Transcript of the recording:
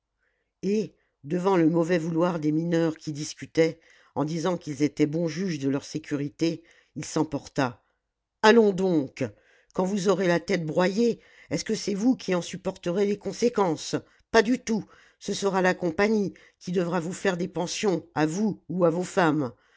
et devant le mauvais vouloir des mineurs qui discutaient en disant qu'ils étaient bons juges de leur sécurité il s'emporta allons donc quand vous aurez la tête broyée est-ce que c'est vous qui en supporterez les conséquences pas du tout ce sera la compagnie qui devra vous faire des pensions à vous ou à vos femmes